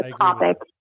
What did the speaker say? topic